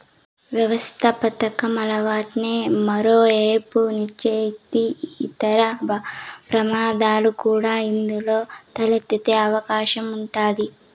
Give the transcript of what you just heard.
వ్యవస్థాపకతం అట్లనే మరో ఏపు అనిశ్చితి, ఇతర ప్రమాదాలు కూడా ఇందులో తలెత్తే అవకాశం ఉండాది